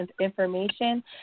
information